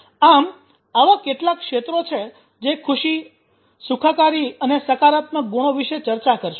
આમ આવા કેટલાક ક્ષેત્રો છે જે ખુશી સુખાકારી અને સકારાત્મક ગુણો વિશે ચર્ચા કરશે